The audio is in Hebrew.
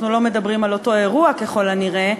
לא מדברים על אותו אירוע ככל הנראה.